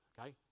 okay